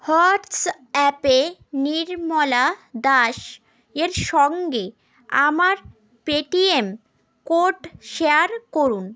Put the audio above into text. হোয়াটসঅ্যাপে নির্মলা দাস এর সঙ্গে আমার পেটিএম কোড শেয়ার করুন